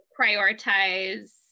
prioritize